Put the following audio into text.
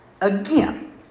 again